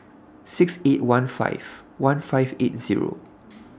six eight one five one five eight Zero